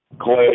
Clay